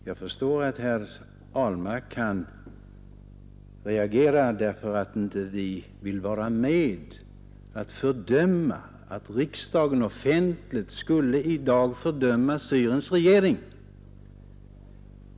Jag förstår att herr Ahlmark kan reagera för att vi inte vill vara med om att riksdagen offentligt skulle i dag fördöma Syriens regering.